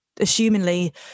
assumingly